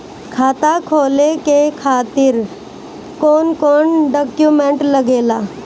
खाता खोले के खातिर कौन कौन डॉक्यूमेंट लागेला?